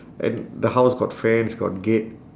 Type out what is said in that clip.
and the house got fence got gate